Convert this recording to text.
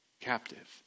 Captive